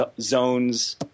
zones